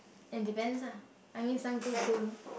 and depends lah I mean some close to